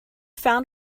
found